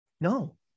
No